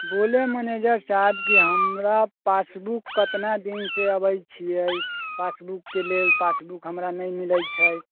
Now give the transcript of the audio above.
बोलें मनैजर साहब कि हमरा पासबुक कितना दिनसँ अबै छियै पासबुकके लेल पासबुक हमरा नहि मिलै छै